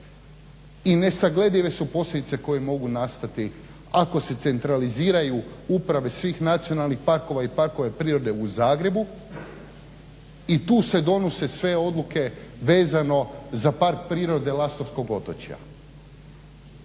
I nesagledive su posljedice koje mogu nastati ako se centraliziraju uprave svih nacionalnih parkova i parkova prirode u Zagrebu i tu se donose sve odluke vezano za Park prirode "Lastovskog otočja".